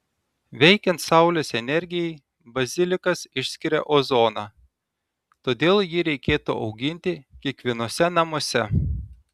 veikiant saulės energijai bazilikas išskiria ozoną todėl jį reikėtų auginti kiekvienuose namuose